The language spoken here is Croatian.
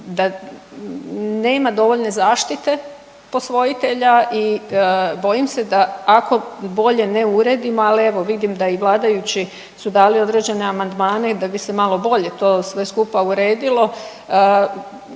da nema dovoljne zaštite posvojitelja i bojim se da ako bolje ne uredimo, ali evo vidim da i vladajući su dali određene amandmane i da bi se malo bolje to sve skupa uredilo